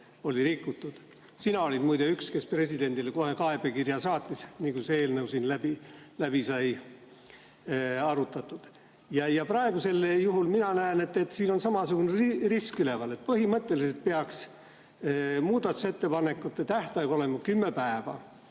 oli rikutud. Sina olid muide üks, kes presidendile kohe kaebekirja saatis, nii kui see eelnõu siin läbi sai arutatud. Praegusel juhul mina näen, et siin on samasugune risk üleval. Põhimõtteliselt peaks muudatusettepanekute tähtaeg olema kümme päeva.